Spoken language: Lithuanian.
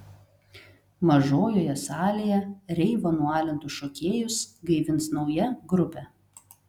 mažojoje salėje reivo nualintus šokėjus gaivins nauja grupė